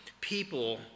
people